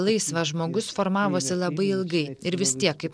laisvas žmogus formavosi labai ilgai ir vis tiek kaip